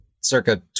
circa